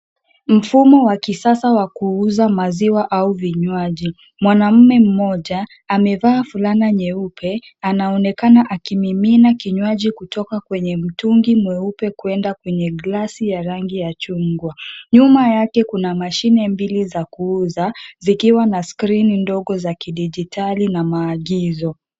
Mfumo wa kisasa wa kuuza maziwa au vinywaji, mwanamume mmoja amevaa fulana nyeupe anaonekana akimimina kinywaji kutoka kwenye mtungi mweupe kwenda kwenye glasi ya rangi ya chungwa. Nyuma yake kuna mashine mbili za kuuza, zikiwa na skrini ndogo za kidijitali na maagizo.